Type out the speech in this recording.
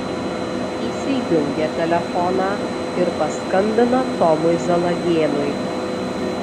įsijungia telefoną ir paskambina tomui zalagėnui